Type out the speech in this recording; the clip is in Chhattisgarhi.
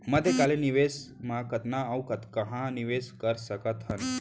मध्यकालीन निवेश म कतना अऊ कहाँ निवेश कर सकत हन?